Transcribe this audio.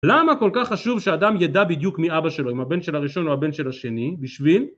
למה כל כך חשוב שאדם ידע בדיוק מי אבא שלו אם הבן של הראשון או הבן של השני בשביל